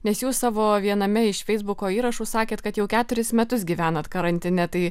nes jūs savo viename iš feisbuko įrašų sakėt kad jau keturis metus gyvenat karantine tai